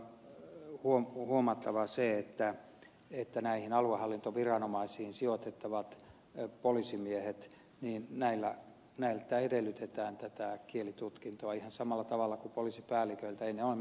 tässä on huomattava se että näiltä aluehallintoviranomaisiin sijoitettavilta poliisimiehiltä edellytetään tätä kielitutkintoa ihan samalla tavalla kuin poliisipäälliköiltä